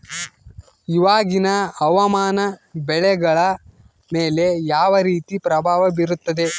ಇವಾಗಿನ ಹವಾಮಾನ ಬೆಳೆಗಳ ಮೇಲೆ ಯಾವ ರೇತಿ ಪ್ರಭಾವ ಬೇರುತ್ತದೆ?